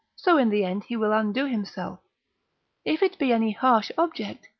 so in the end he will undo himself if it be any harsh object,